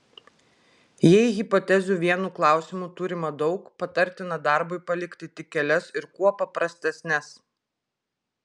jei hipotezių vienu klausimu turima daug patartina darbui palikti tik kelias ir kuo paprastesnes